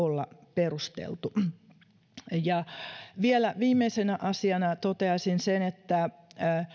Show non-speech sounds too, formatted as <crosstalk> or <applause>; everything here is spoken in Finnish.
<unintelligible> olla perusteltu <unintelligible> <unintelligible> <unintelligible> <unintelligible> <unintelligible> <unintelligible> vielä viimeisenä asiana toteaisin sen että